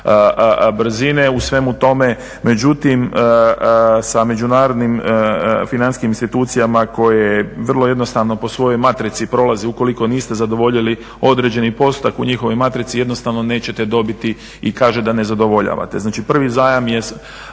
u svemu tome, međutim sa međunarodnim financijskim institucijama koje vrlo jednostavno po svojoj matrici prolaze ukoliko niste zadovoljili određeni postotak u njihovoj matrici jednostavno nećete dobiti i kaže da ne zadovoljavate. Znači prvi zajam je